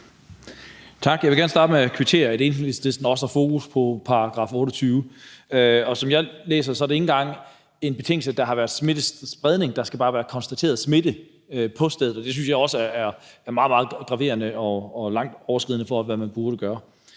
Tak. Jeg vil gerne starte med at kvittere for, at Enhedslisten også har fokus på § 28. Og som jeg læser den, er det ikke engang en betingelse, at der har været smittespredning – der skal bare være konstateret smitte på stedet. Det synes jeg også er meget, meget graverende og meget overskridende, i forhold til hvad man burde gøre.